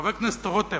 חבר הכנסת רותם,